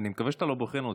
אני מקווה שאתה לא בוחן אותי,